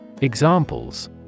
Examples